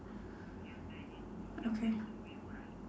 okay